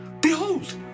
Behold